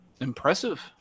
Impressive